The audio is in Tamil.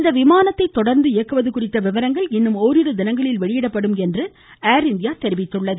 இந்த விமானத்தை தொடர்ந்து இயக்குவது குறித்த விவரங்கள் ஓரிரு தினங்களில் வெளியிடப்படும் என்று ஏர் இந்தியா தெரிவித்துள்ளது